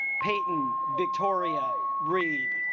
peyton victoria read